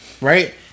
right